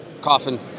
coffin